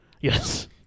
Yes